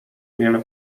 wiele